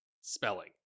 spelling